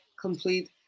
complete